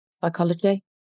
psychology